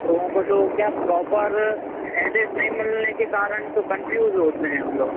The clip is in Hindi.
तो उनको तो क्या प्रॉपर एड्रेस नहीं मिलने के कारण तो कंफ्यूज़ होते हैं हम लोग